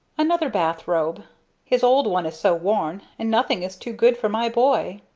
another bath-robe his old one is so worn. and nothing is too good for my boy.